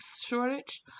shortage